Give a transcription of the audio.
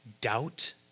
Doubt